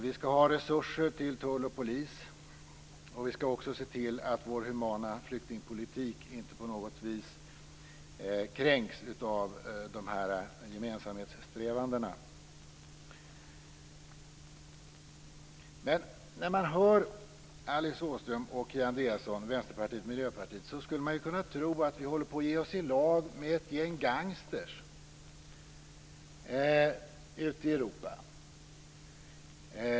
Vi skall ha resurser till tull och polis, och vi skall se till att vår humana flyktingpolitik inte på något vis kränks av de här gemensamhetssträvandena. När man hör Alice Åström från Vänsterpartiet och Kia Andreasson från Miljöpartiet kan man tro att vi håller på att ge oss i lag med ett gäng gangstrar ute i Europa.